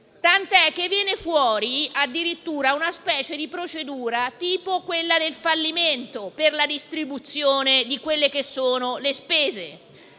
Tanto è che viene fuori, addirittura, una specie di procedura tipo quella del fallimento per la distribuzione di quelle che sono le spese.